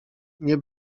nie